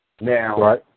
Now